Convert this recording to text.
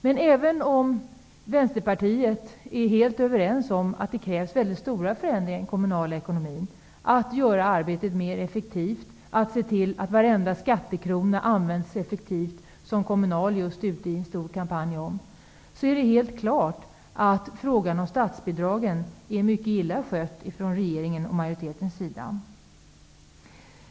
Men även om Vänsterpartiet är helt överens om att det krävs stora förändringar i den kommunala ekonomin för att göra arbetet mer effektivt, att se till att varenda skattekrona används effektivt -- som Kommunal bedriver en stor kampanj om -- är det helt klart att frågan om statsbidragen har blivit mycket illa skött från regeringens och majoritetens sida.